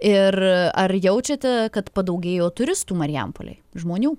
ir ar jaučiate kad padaugėjo turistų marijampolėj žmonių